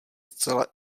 zcela